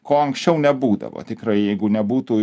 ko anksčiau nebūdavo tikrai jeigu nebūtų